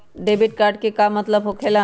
Debit card के का मतलब होकेला?